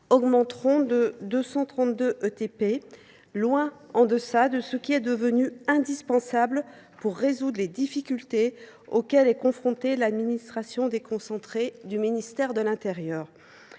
temps plein (ETP), loin en deçà de ce qui est devenu indispensable pour résoudre les difficultés auxquelles fait face l’administration déconcentrée du ministère de l’intérieur.